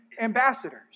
ambassadors